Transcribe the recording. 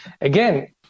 again